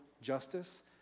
justice